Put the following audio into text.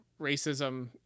racism